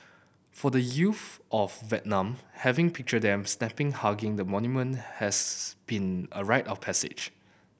for the youth of Vietnam having picture them snapping hugging the monument has being a rite of passage